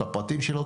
את הפרטים שלו,